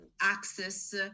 access